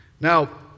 Now